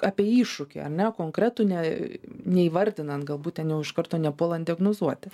apie iššūkį ar ne konkretų ne neįvardinant galbūt ten jau iš karto nepuolant diagnozuoti